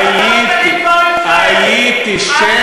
הייתי, הייתי.